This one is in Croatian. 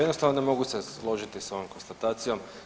Jednostavno ne mogu se složiti sa ovom konstatacijom.